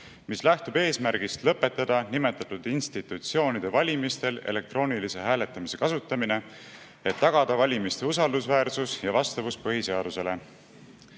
mis lähtub eesmärgist lõpetada nimetatud institutsioonide valimistel elektroonilise hääletamise kasutamine, et tagada valimiste usaldusväärsus ja vastavus põhiseadusele.